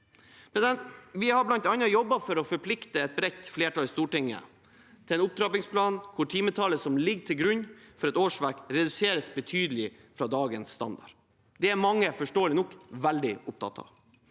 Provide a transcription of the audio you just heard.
Vi har bl.a. jobbet for å forplikte et bredt flertall i Stortinget til en opptrappingsplan hvor timetallet som ligger til grunn for et årsverk, reduseres betydelig fra dagens standard. Det er mange, forståelig nok, veldig opptatt av.